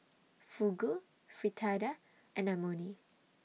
Fugu Fritada and Imoni